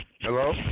Hello